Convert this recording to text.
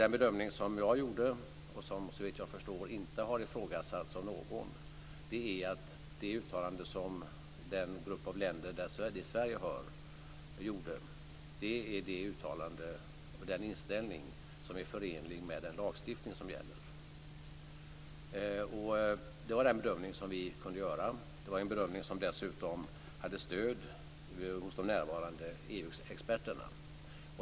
Den bedömning som jag gjorde och som, såvitt jag förstår, inte har ifrågasatts av någon är att det uttalande som den grupp av länder dit Sverige hör gjorde är ett uttalande och en inställning som är förenlig med den lagstiftning som gäller. Det var den bedömning som vi kunde göra. Det var dessutom en bedömning som hade stöd hos de närvarande EU-experterna.